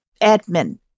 admin